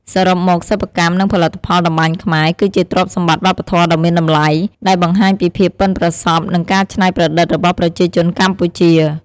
សរុបមក សិប្បកម្ម និងផលិតផលតម្បាញខ្មែរ គឺជាទ្រព្យសម្បត្តិវប្បធម៌ដ៏មានតម្លៃ ដែលបង្ហាញពីភាពប៉ិនប្រសប់ និងការច្នៃប្រឌិតរបស់ប្រជាជនកម្ពុជា។